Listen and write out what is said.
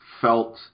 felt